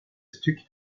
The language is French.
stucs